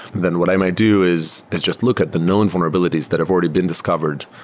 then what i may do is is just look at the known vulnerabilities that have already been discovered,